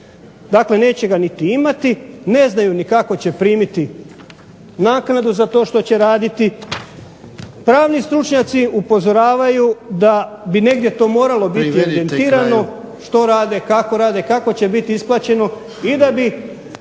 dakle neće ga niti imati, ne znaju ni kako će primiti naknadu za to što će raditi. Pravni stručnjaci upozoravaju da bi negdje to moralo biti evidentirano što rade, kako rade, kako će biti isplaćeno i da bi